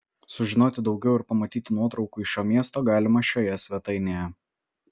sužinoti daugiau ir pamatyti nuotraukų iš šio miesto galima šioje svetainėje